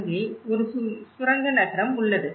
அங்கு ஒரு சுரங்க நகரம் உள்ளது